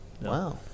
Wow